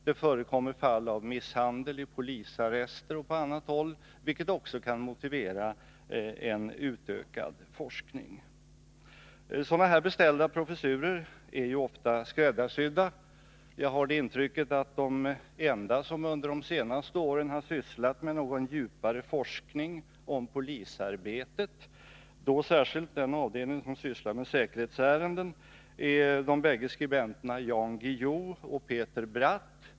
Det förekommer fall av misshandel i polisarrester och på annat håll, vilket också kan motivera en utökad forskning. Sådana här beställda professurer är oftast skräddarsydda. Jag har intrycket av att de enda som under de senaste åren har sysslat med någon mer djupgående forskning om polisarbetet — särskilt den avdelning som sysslar med säkerhetsärenden — är de bägge skribenterna Jan Guillou och Peter Bratt.